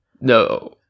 no